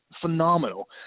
phenomenal